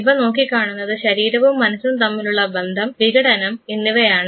ഇവ നോക്കിക്കാണുന്നത് ശരീരവും മനസ്സും തമ്മിലുള്ള ബന്ധം വിഘടനം എന്നിവയാണ്